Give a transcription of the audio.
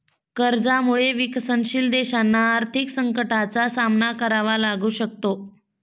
कर्जामुळे विकसनशील देशांना आर्थिक संकटाचा सामना करावा लागू शकतो